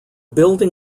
building